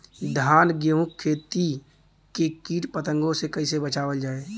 धान गेहूँक खेती के कीट पतंगों से कइसे बचावल जाए?